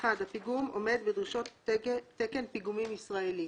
(1)הפיגום עומד בדרישות תקן פיגומים ישראלי,